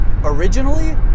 originally